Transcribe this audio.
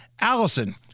Allison